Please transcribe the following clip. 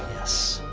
yes.